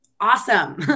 awesome